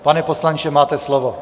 Pane poslanče, máte slovo.